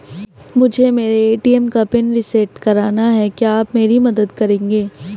मुझे मेरे ए.टी.एम का पिन रीसेट कराना है क्या आप मेरी मदद करेंगे?